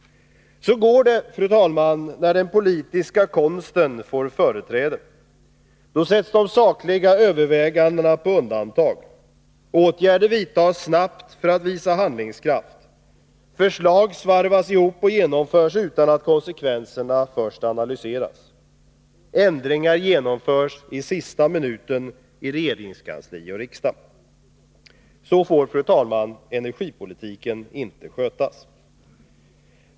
Så går det, fru talman, när den politiska konsten får företräde. Då sätts de sakliga övervägandena på undantag. Åtgärder vidtas snabbt för att visa handlingskraft. Förslag svarvas ihop och genomförs utan att konsekvenserna först har analyserats. Ändringar genomförs i sista minuten i regeringskansliet och i riksdagen. Så får, fru talman, energipolitiken inte skötas.